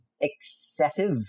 excessive